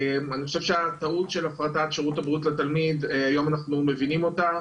אני חושב שהטעות של הפרטת שירות הבריאות לתלמיד היום אנחנו מבינים אותה.